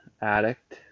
addict